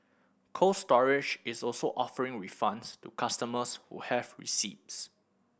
Cold Storage is also offering refunds to customers who have receipts